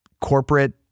corporate